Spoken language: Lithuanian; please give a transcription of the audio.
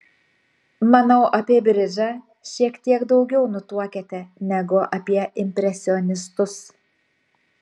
manau apie bridžą šiek tiek daugiau nutuokiate negu apie impresionistus